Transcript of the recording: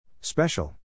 Special